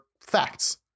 facts